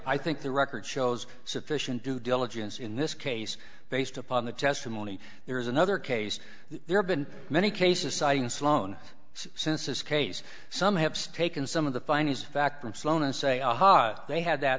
i think the record shows sufficient due diligence in this case based upon the testimony there is another case there have been many cases citing sloan since this case some have steak and some of the finest factor of slowness say aha they had that